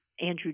Andrew